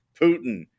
Putin